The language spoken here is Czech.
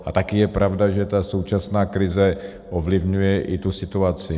A také je pravda, že současná krize ovlivňuje i tu situaci.